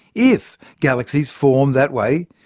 if galaxies formed that way,